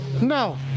No